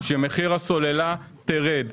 שמחיר הסוללה תרד.